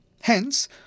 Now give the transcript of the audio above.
Hence